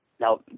Now